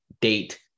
date